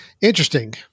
interesting